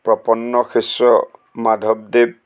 প্ৰপন্ন শিষ্য মাধৱদেৱ